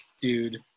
dude